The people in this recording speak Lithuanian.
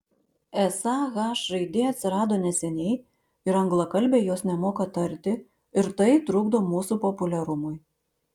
esą h raidė atsirado neseniai ir anglakalbiai jos nemoka tarti ir tai trukdo mūsų populiarumui